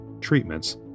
treatments